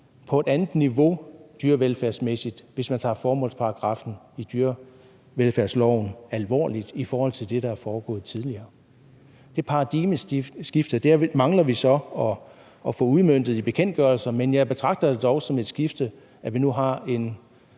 sige, andet niveau dyrevelfærdsmæssigt, hvis man tager formålsparagraffen i dyrevelfærdsloven alvorligt i forhold til det, der er foregået tidligere. Det paradigmeskifte mangler vi så at få udmøntet i bekendtgørelser, men jeg betragter det dog som et skifte, at vi nu har en